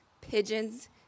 pigeons